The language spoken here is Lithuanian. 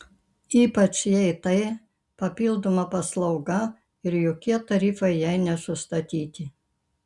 ypač jei tai papildoma paslauga ir jokie tarifai jai nesustatyti